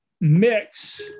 mix